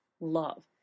love